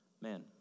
man